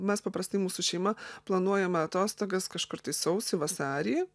mes paprasti mūsų šeima planuojame atostogas kažkur tai sausį vasarį